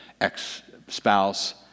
ex-spouse